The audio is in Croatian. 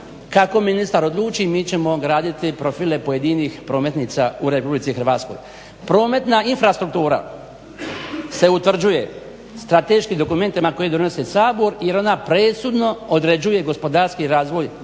kako ministar odluči mi ćemo graditi profile pojedinih prometnica u RH. Prometna infrastruktura se utvrđuje strateškim dokumentima koje donosi Sabor jer ona presudno određuje gospodarski razvoj